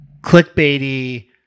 clickbaity